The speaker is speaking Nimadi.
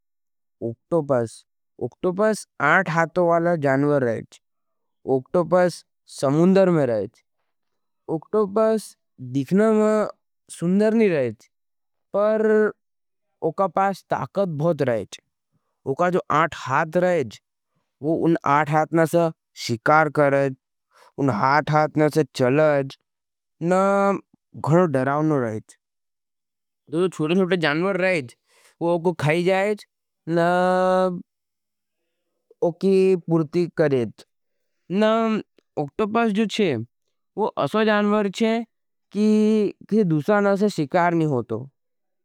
Octopus, octopus आठ हातो वाला जानवर रहेज। उक्टोपस समुन्दर में रहेज। उक्टोपस दिखना में सुन्दर नहीं रहेज। पर उका पास ताकत बहुत रहेज। उका जो आठ हात रहेज। वो उन आठ हातने से शिकार करेज। उन आठ हाथ में से चलत। नाम घणो डरावना रहेज़। जो छोटे छोटे जानवर रहेज़। वे उनको खायी जायज़। ऊ की पूर्ति करेज़। ऑक्टोपस जो चे वो ऐसा जानवर चे। की किसी दूसरी जाना से शिकार नहीं होतो।